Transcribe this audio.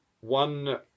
one